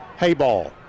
Hayball